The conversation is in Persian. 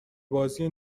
بازی